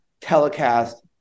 telecast